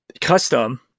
custom